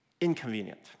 inconvenient